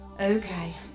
Okay